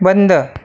बंद